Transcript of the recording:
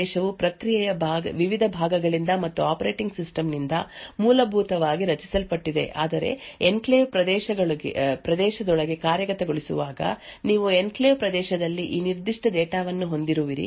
ಆದ್ದರಿಂದ ನಾವು ವಾಸ್ತವವಾಗಿ ಚರ್ಚಿಸಿದ ಸ್ಲೈಡ್ ಅನ್ನು ನೆನಪಿಸಿಕೊಂಡರೆ ಎನ್ಕ್ಲೇವ್ ಪ್ರದೇಶವು ಪ್ರಕ್ರಿಯೆಯ ವಿವಿಧ ಭಾಗಗಳಿಂದ ಮತ್ತು ಆಪರೇಟಿಂಗ್ ಸಿಸ್ಟಮ್ನಿಂದ ಮೂಲಭೂತವಾಗಿ ರಕ್ಷಿಸಲ್ಪಟ್ಟಿದೆ ಆದರೆ ಎನ್ಕ್ಲೇವ್ ಪ್ರದೇಶದೊಳಗೆ ಕಾರ್ಯಗತಗೊಳಿಸುವಾಗ ನೀವು ಎನ್ಕ್ಲೇವ್ ಪ್ರದೇಶದಲ್ಲಿ ಈ ನಿರ್ದಿಷ್ಟ ಡೇಟಾವನ್ನು ಹೊಂದಿರುವಿರಿ